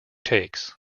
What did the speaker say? takes